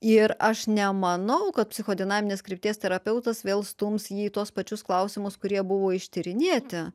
ir aš nemanau kad psichodinaminės krypties terapeutas vėl stums jį į tuos pačius klausimus kurie buvo ištyrinėti